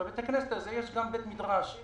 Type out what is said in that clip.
בבקשה, חבר הכנסת